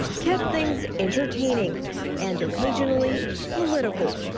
kept things entertaining and occasionally political.